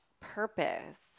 purpose